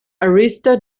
arista